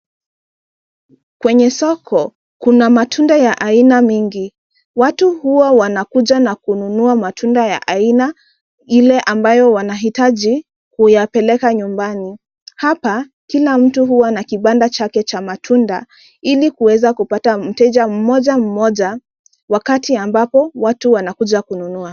Kwenye soko kuna matunda ya aina mengi, watu huwa wanakuja na kununua matunda ya aina ile ambayo wanahitaji kuyapeleka nyumbani, hapa kila mtu huwa ana kibanda chake cha matunda ili kuweza kupata mteja mmojammoja wakati ambapo watu wanakuja kununua.